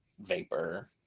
vapor